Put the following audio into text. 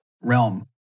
realm